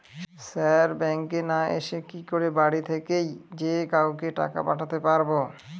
Sir ব্যাঙ্কে না এসে কি করে বাড়ি থেকেই যে কাউকে টাকা পাঠাতে পারবো?